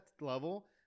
level